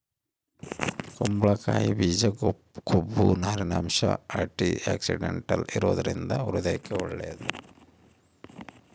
ಕುಂಬಳಕಾಯಿ ಬೀಜ ಕೊಬ್ಬು, ನಾರಿನಂಶ, ಆಂಟಿಆಕ್ಸಿಡೆಂಟಲ್ ಇರುವದರಿಂದ ಹೃದಯಕ್ಕೆ ಒಳ್ಳೇದು